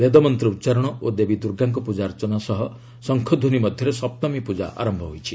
ବେଦମନ୍ତ୍ର ଉଚ୍ଚାରଣ ଓ ଦେବୀ ଦୁର୍ଗାଙ୍କ ପୂଜାର୍ଚ୍ଚନା ସହ ଶଙ୍ଖଧ୍ୱନି ମଧ୍ୟରେ ସପ୍ତମୀ ପୂଜା ଆରମ୍ଭ ହୋଇଛି